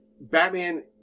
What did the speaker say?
Batman